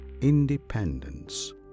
independence